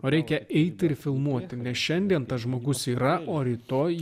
o reikia eiti ir filmuoti nes šiandien tas žmogus yra o rytoj